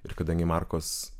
ir kadangi markos